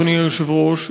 אדוני היושב-ראש,